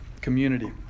community